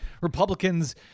Republicans